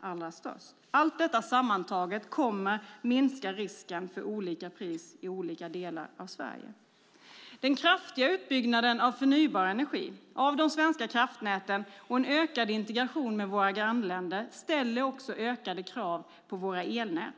allra störst. Allt detta sammantaget kommer att minska risken för olika priser i olika delar av Sverige. Den kraftiga utbyggnaden av förnybar energi, av de svenska kraftnäten och en ökad integration med våra grannländer ställer ökade krav på våra elnät.